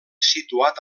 situat